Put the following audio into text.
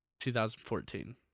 2014